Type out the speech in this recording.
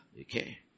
Okay